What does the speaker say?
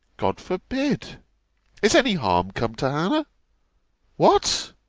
god forbid is any harm come to hannah what!